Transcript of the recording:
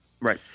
Right